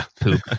poop